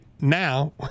Now